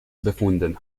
befunden